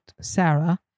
Sarah